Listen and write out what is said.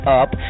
up